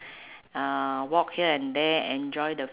uh walk here and there enjoy the